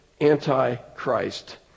anti-Christ